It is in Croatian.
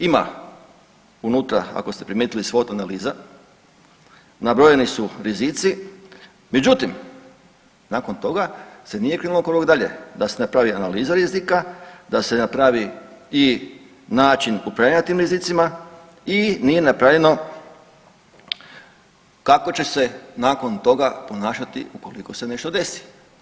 Ima unutra ako ste primijetili SWOT analiza nabrojeni su rizici, međutim nakon toga se nije krenulo korak dalje da se napravi analiza rizika, da se napravi i način upravljanja tim rizicima i nije napravljeno kako će se nakon toga ponašati ukoliko se nešto desi.